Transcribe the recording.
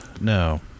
No